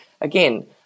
Again